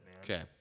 Okay